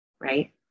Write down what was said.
right